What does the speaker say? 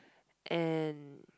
and